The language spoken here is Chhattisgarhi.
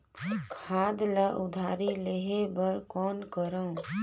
खाद ल उधारी लेहे बर कौन करव?